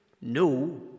no